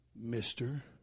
mister